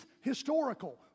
historical